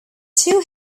two